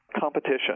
competition